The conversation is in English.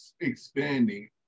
expanding